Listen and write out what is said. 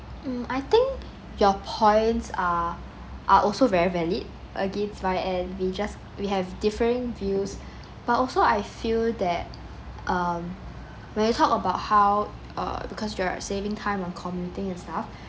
hmm I think your points are are also very valid again but and we just we have different views but I also feel that um when you talk about how err because you're saving time on commuting as well